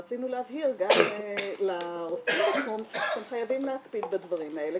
ורצינו להבהיר גם לעוסקים בתחום שהם חייבים להקפיד בדברים האלה